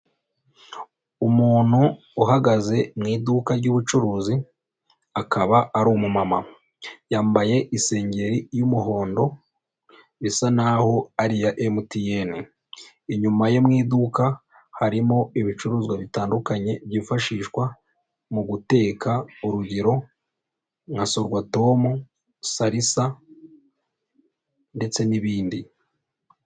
Umuntu uhagaze mu iduka ry'ubucuruzi, akaba ari umumama, yambaye isengeri y'umuhondo bisa naho ari iya MTN, inyuma ye mu iduka harimo ibicuruzwa bitandukanye byifashishwa mu guteka, urugero nka sorwatomu, salisa ndetse n'ibindi.